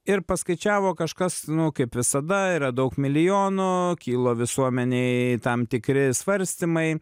ir paskaičiavo kažkas nu kaip visada yra daug milijonų kilo visuomenėj tam tikri svarstymai